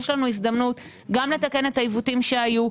יש לנו הזדמנות גם לתקן את העיוותים שהיו,